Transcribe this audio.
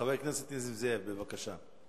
חבר הכנסת נסים זאב, בבקשה.